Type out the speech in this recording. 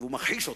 והוא מכחיש אותה.